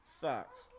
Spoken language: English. socks